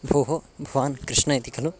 भोः भवान् कृष्णः इति खलु